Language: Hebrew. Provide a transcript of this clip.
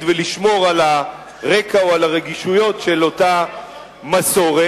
ולשמור על הרקע או על הרגישויות של אותה מסורת,